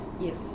Yes